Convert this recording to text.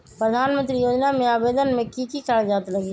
प्रधानमंत्री योजना में आवेदन मे की की कागज़ात लगी?